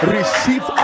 Receive